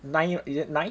nine is it nine